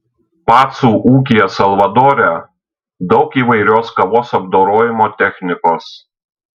pacų ūkyje salvadore daug įvairios kavos apdorojimo technikos